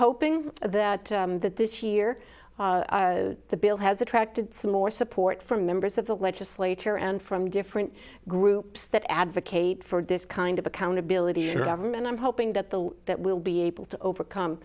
hoping that that this year the bill has attracted some more support from members of the legislature and from different groups that advocate for this kind of accountability government i'm hoping that the that we'll be able to overcome